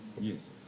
Yes